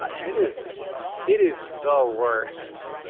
and it is it is the worst.